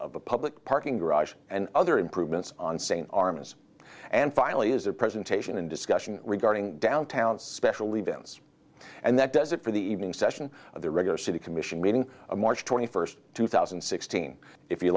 of the public parking garage and other improvements on st armas and finally is a presentation and discussion regarding downtown special events and that does it for the evening session of the regular city commission meeting march twenty first two thousand and sixteen if you